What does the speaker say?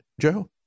Joe